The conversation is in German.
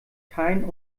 keinen